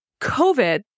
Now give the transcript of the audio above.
COVID